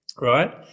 right